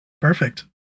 Perfect